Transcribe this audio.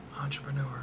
entrepreneur